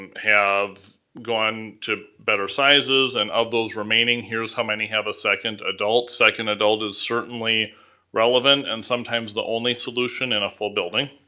and have gone to better sizes, and of those remaining, here's how many have a second adult. second adult is certainly relevant, and sometimes the only solution in a full building.